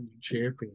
champion